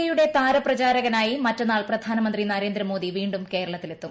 A യുടെ താരപ്രചാരകനായി മറ്റന്നാൾ പ്രധാനമന്ത്രി നരേന്ദ്ര മോദി കേരളത്തിലെത്തും